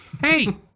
Hey